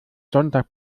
sonntag